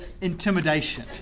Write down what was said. Intimidation